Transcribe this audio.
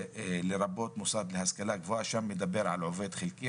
"לרבות מוסד להשכלה גבוהה" שמדובר שם על עובד חלקי,